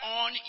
on